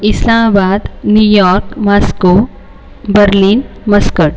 Islamabad New York Moscow Berlin Muscat